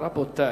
אם כן, רבותי,